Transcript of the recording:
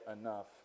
enough